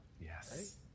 Yes